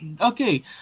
Okay